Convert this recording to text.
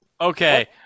Okay